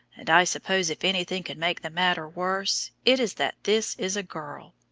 and i suppose if anything could make the matter worse, it is that this is a girl.